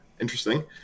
Interesting